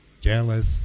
jealous